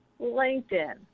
LinkedIn